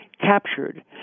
captured